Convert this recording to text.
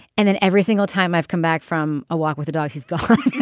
and then every single time i've come back from a walk with a dog he's gone.